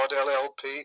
LLP